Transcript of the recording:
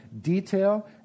Detail